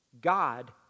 God